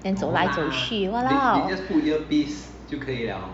then 走来走去 !walao!